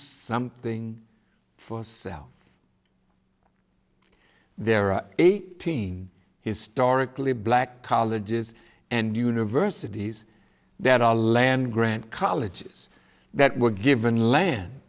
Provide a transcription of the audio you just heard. something for yourself there are eighteen historically black colleges and universities that are land grant colleges that were given land